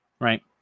right